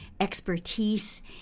Expertise